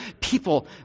people